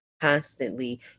constantly